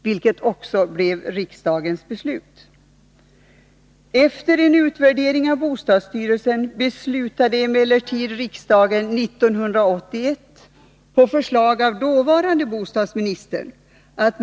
Detta blev också riksdagens beslut.